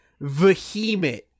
vehement